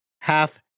hath